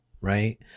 right